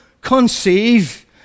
conceive